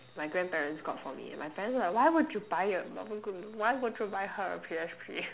my grandparents got for me my parents were why would you buy a why would you buy her a P_S_P